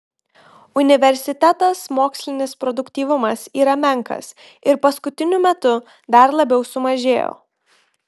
universitetas mokslinis produktyvumas yra menkas ir paskutiniu metu dar labiau sumažėjo